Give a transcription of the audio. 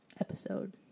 episode